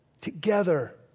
Together